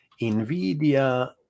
nvidia